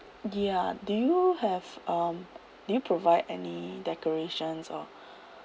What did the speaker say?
ya do you have um do you provide any decorations or